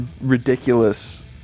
ridiculous